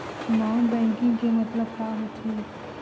Non banking के मतलब का होथे?